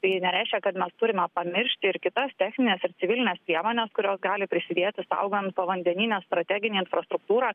tai nereiškia kad mes turime pamiršti ir kitas technines ir civilines priemones kurios gali prisidėti saugant povandeninę strateginę infrastruktūrą